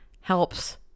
helps